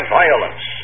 violence